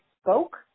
spoke